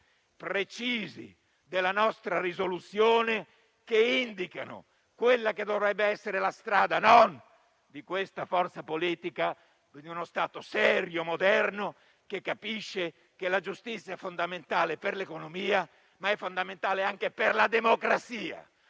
precisi della nostra proposta di risoluzione, che indicano quella che dovrebbe essere la strada non di questa forza politica, ma di uno Stato serio e moderno che capisce che la giustizia è fondamentale per l'economia ma anche per la democrazia,